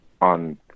on